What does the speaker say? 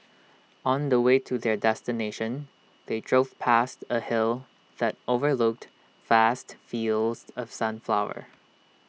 on the way to their destination they drove past A hill that overlooked vast fields of sunflowers